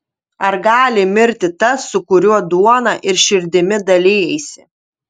ar gali mirti tas su kuriuo duona ir širdimi dalijaisi